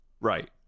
Right